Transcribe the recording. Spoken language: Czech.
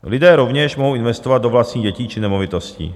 Lidé rovněž mohou investovat do vlastních dětí či nemovitostí.